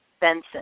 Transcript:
Benson